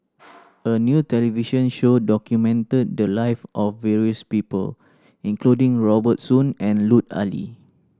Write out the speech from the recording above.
a new television show documented the live of various people including Robert Soon and Lut Ali